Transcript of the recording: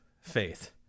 faith